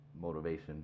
motivation